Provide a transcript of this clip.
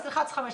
אז לחץ 5,